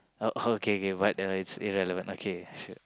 oh okay okay what it's irrelevant okay